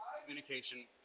communication